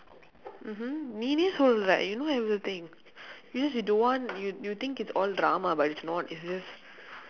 mmhmm நீயே சொல்லுற:niiyee sollura you know everything because you don't want you you think it's all drama but it's not it's just